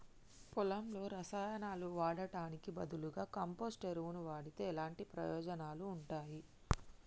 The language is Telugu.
పొలంలో రసాయనాలు వాడటానికి బదులుగా కంపోస్ట్ ఎరువును వాడితే ఎలాంటి ప్రయోజనాలు ఉంటాయి?